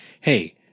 Hey